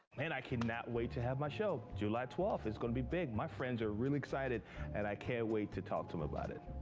man, i cannot wait to have my show, july twelfth, it's gonna be big. my friends are really excited and i can't wait to talk them about it.